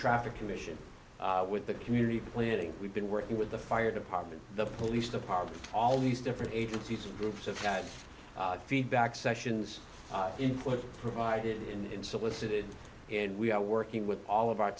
traffic commission with the community planning we've been working with the fire department the police department all these different agencies groups of feedback sessions input provided in and solicited and we are working with all of our